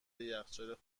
یخچال